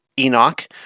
Enoch